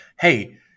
hey